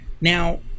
Now